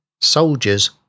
Soldiers